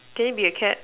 can it be a cat